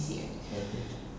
okay